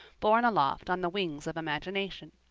borne aloft on the wings of imagination.